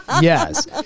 yes